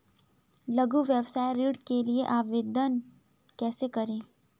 लघु व्यवसाय ऋण के लिए आवेदन कैसे करें?